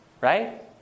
Right